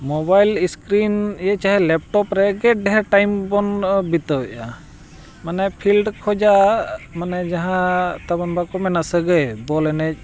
mobile screen ᱪᱟᱦᱮ laptop ᱨᱮ ᱜᱮ ᱰᱷᱮᱨ ᱴᱟᱭᱤᱢ ᱵᱚᱱ ᱵᱤᱛᱟᱹᱣᱮᱜᱼᱟ ᱢᱟᱱᱮ ᱯᱷᱤᱞᱰ ᱠᱷᱚᱱᱟᱜ ᱢᱟᱱᱮ ᱡᱟᱦᱟᱸ ᱛᱟᱵᱚᱱ ᱵᱟᱠᱚ ᱢᱮᱱᱟ ᱥᱟᱹᱜᱟᱹᱭ ᱵᱚᱞ ᱮᱱᱮᱡ